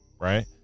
Right